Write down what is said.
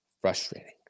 frustrating